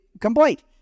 complaint